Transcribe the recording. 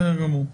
בסדר גמור.